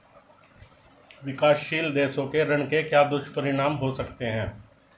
विकासशील देशों के ऋण के क्या दुष्परिणाम हो सकते हैं?